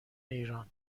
ایران